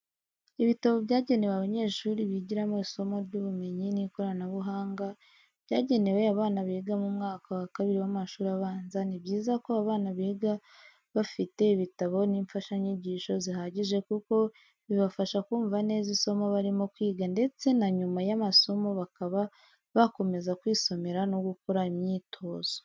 Ibitabo byanegewe abanyeshuri bigiramo isomo ry'ubumenyi n'ikoranabuhanga, byagenewe abana biga mu mwaka wa kabiri w'amashuri abanza ni byiza ko abana biga bafite ibitabo n'imfashanyigisho zihagije kuko bibafasha kumva neza isomo barimo kwiga, ndetse na nyuma y'amasomo bakaba bakomeza kwisomera no gukora imyitozo.